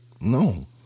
No